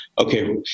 Okay